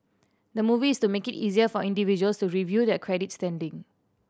the move is to make it easier for individuals to review their credit standing